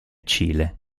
cile